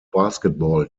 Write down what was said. basketball